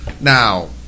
Now